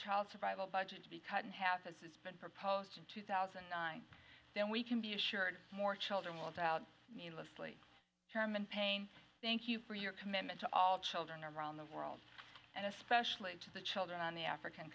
child survival budget to be cut in half as has been proposed in two thousand and nine then we can be assured more children without needlessly turman pain thank you for your commitment to all children around the world and especially to the children on the african